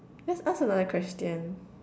let's ask another question